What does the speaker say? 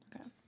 Okay